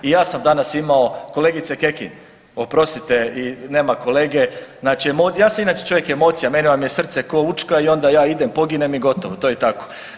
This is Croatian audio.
I ja sam danas imao, kolegice Kekin, oprostite i nema kolege, znači ja sam inače čovjek od emocija, u mene vam je srce ko Učka i onda ja idem, poginem i gotovo, to je tako.